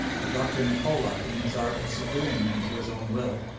a doctor nikola in his art of subduing them to his own will,